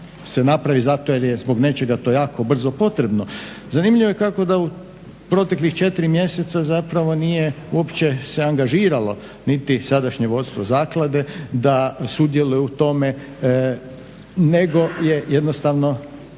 zanimljivo je kako da u proteklih 4 mjeseca nije uopće se angažiralo niti sadašnje vodstvo zaklade da sudjeluje u tome, nego je jednostavno